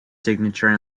signature